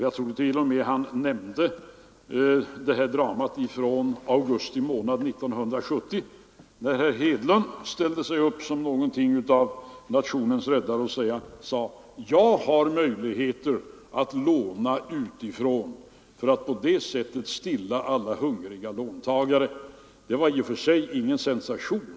Jag tror t.o.m. han nämnde dramat från augusti månad 1970 när herr Hedlund ställde sig upp som någonting av nationens räddare och sade: ”Jag har möjligheter att låna utifrån för att på det sättet stilla alla hungriga låntagare.” Det var i och för sig ingen sensation.